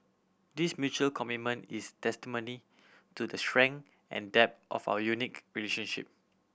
this mutual commitment is testimony to the strength and depth of our unique relationship